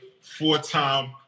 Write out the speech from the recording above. four-time